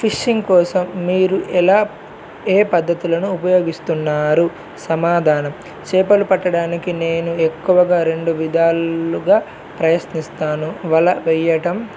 fishing కోసం మీరు ఎలా ఏ పద్ధతులను ఉపయోగిస్తున్నారు సమాధానం చేపలు పట్టడానికి నేను ఎక్కువగా రెండు విధాలుగా ప్రయత్నిస్తాను వల వెేయటం